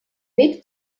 weg